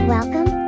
Welcome